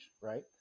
Right